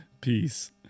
peace